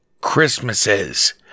Christmases